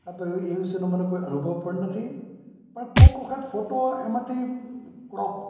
હા તો એ વિષયનો મને કોઈ અનુભવ પણ નથી પણ કોક વખત ફોટો એમાંથી ક્રૉપ